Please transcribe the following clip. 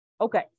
Okay